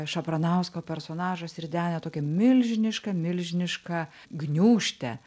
šapranausko personažas ridena tokią milžinišką milžinišką gniūžtę